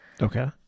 Okay